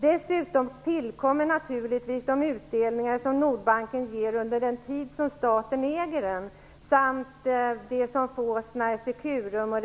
Dessutom tillkommer de utdelningar som Nordbanken ger under den tid som staten är ägare samt det som fås när Securum och